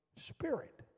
Spirit